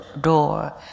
door